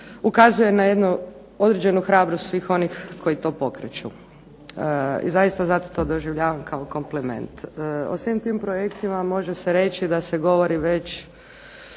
ukazuje na jednu određenu hrabrost svih onih koji to pokreću. I zaista zato to doživljavam kao kompliment. O svim tim projektima može se reći da se govori već